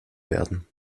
werden